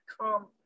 come